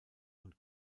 und